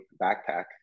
backpack